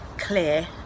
clear